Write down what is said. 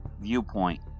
viewpoint